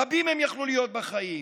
רבים מהם יכלו להיות בחיים.